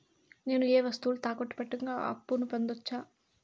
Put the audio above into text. నేను ఏ వస్తువులు తాకట్టు పెట్టకుండా అప్పును పొందవచ్చా?